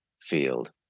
field